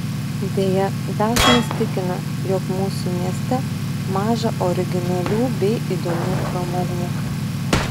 deja dažnas tikina jog mūsų mieste maža originalių bei įdomių pramogų